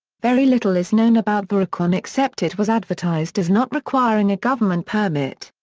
very little is known about vericon except it was advertised as not requiring a government permit.